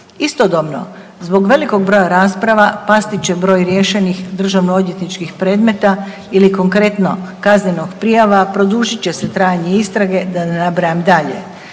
Istodobno zbog velikog broja rasprava pasti će broj riješenih državnoodvjetničkih predmeta ili konkretno kaznenih prijava, produžit će se trajanje istrage da ne nabrajam dalje.